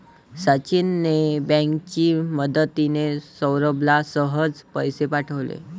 सचिनने बँकेची मदतिने, सौरभला सहज पैसे पाठवले